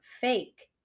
fake